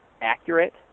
accurate